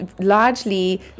largely